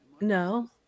No